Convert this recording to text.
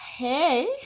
hey